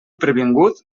previngut